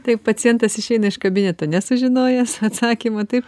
tai pacientas išeina iš kabineto nesužinojęs atsakymo taip